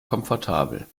komfortabel